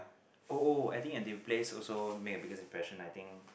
oh oh I think place also make the biggest impression I think